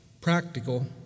practical